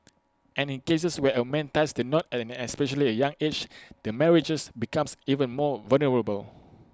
and in cases where A man ties the knot at an especially young age the marriages becomes even more vulnerable